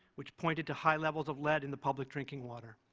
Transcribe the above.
which pointed to high levels of lead in the public drinking water.